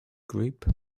group